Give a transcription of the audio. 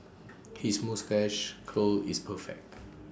his moustache curl is perfect